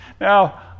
now